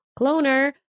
Cloner